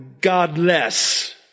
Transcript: godless